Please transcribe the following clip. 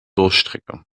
durststrecke